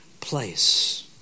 place